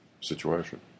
situation